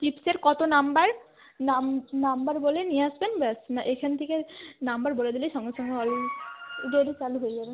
টিপ্সের কত number number বলে নিয়ে আসবেন ব্যাস এখান থেকে নাম্বার বলে দিলেই সঙ্গে সঙ্গে অলরেডি চালু হয়ে যাবে